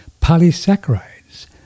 polysaccharides